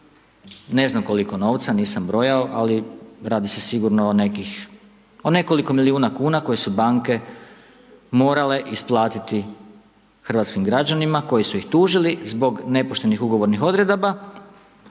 ne znam koliko novca, nisam brojao, ali radi se sigurno o nekih, o nekoliko milijuna kuna koje su banke morale isplatiti hrvatskim građanima, koji su ih tužili zbog nepoštenih ugovornih odredaba,